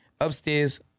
Upstairs